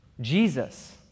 Jesus